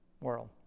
world